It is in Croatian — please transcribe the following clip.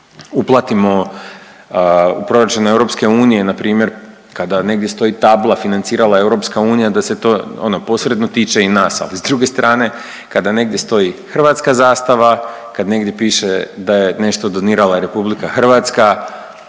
uplatimo u proračun Europske unije na primjer kada negdje stoji tabla financirala Europska unija da se to ono posredno tiče i nas. Ali s druge strane kada negdje stoji hrvatska zastava, kada negdje piše da je nešto donirala Republika Hrvatska